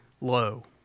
low